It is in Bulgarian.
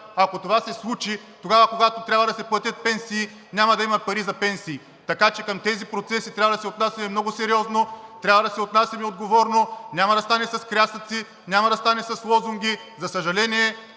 Ако това се случи тогава, когато трябва да се платят пенсии, няма да има пари за пенсии. Така че към тези процеси трябва да се отнасяме много сериозно, трябва да се отнасяме отговорно. Няма да стане с крясъци, няма да стане с лозунги. За съжаление,